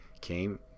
came